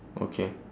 okay